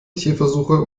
tierversuche